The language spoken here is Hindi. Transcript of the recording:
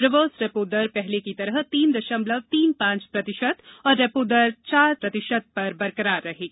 रिवर्स रेपो दर पहले की तरह तीन दशमलव तीन पांच प्रतिशत और रेपो दर चार प्रतिशत पर बरकरार रहेगी